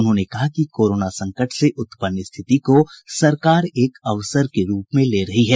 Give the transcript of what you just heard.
उन्होंने कहा कि कोरोना संकट से उत्पन्न स्थिति को सरकार एक अवसर के रूप में ले रही है